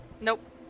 Nope